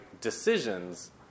decisions